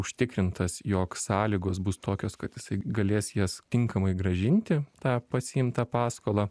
užtikrintas jog sąlygos bus tokios kad jisai galės jas tinkamai grąžinti tą pasiimtą paskolą